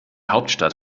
hauptstadt